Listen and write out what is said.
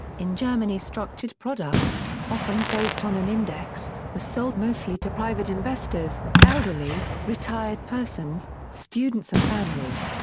in germany structured products, often based on an index, were sold mostly to private investors, elderly, retired persons, students and families.